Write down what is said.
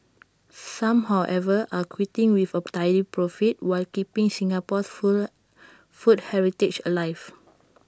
some however are quitting with A tidy profit while keeping Singapore's food heritage alive